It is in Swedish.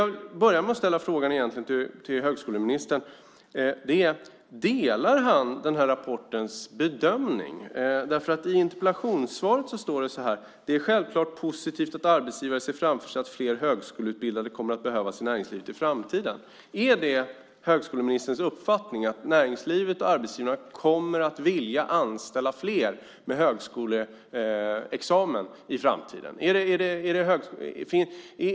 Jag börjar med att ställa frågan till utbildningsministern: Delar han rapportens bedömning? I interpellationssvaret sägs: "Det är självklart positivt att arbetsgivare ser framför sig att flera högskoleutbildade kommer att behövas i näringslivet i framtiden." Är det högskoleministerns uppfattning att näringslivet och arbetsgivarna kommer att vilja anställa fler med högskoleexamen i framtiden?